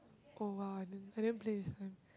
oh !wow! I didn't I didn't play this time